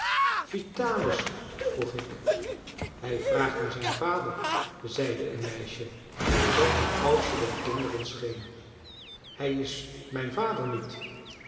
vitalis vroeg ik hij vraagt naar zijn vader zeide een meisje dat de oudste der kinderen scheen hij is mijn vader niet